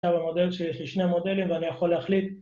‫עכשיו המודל שיש לי שני מודלים ‫ואני יכול להחליט...